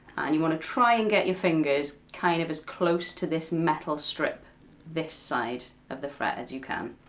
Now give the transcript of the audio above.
and you want to try and get your fingers kind of as close to this metal strip this side of the fret as you can.